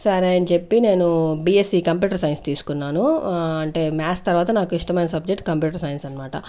సరే అని చెప్పి నేను బియస్సి కంప్యూటర్ సైన్స్ తీసుకున్నాను అంటే మ్యాక్స్ నాకు ఇష్టమైన సబ్జెక్టు కంప్యూటర్ సైన్స్ అన్మాట